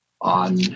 on